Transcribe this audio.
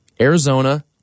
Arizona